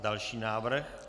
Další návrh.